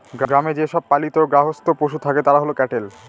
গ্রামে যে সব পালিত গার্হস্থ্য পশু থাকে তারা হল ক্যাটেল